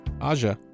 Aja